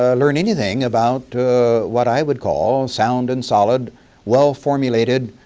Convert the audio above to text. ah learn anything about what i would call sound and solid well-formulated,